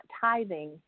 tithing